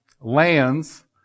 lands